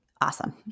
awesome